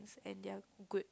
and they are good